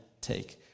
take